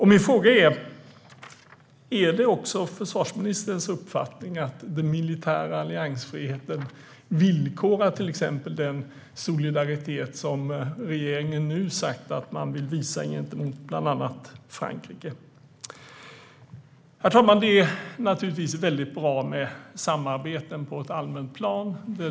Min fråga är: Är det också försvarsministerns uppfattning att den militära alliansfriheten villkorar till exempel den solidaritet som regeringen nu sagt att man vill visa gentemot bland annat Frankrike? Herr talman! Det är naturligtvis väldigt bra med samarbeten på ett allmänt plan.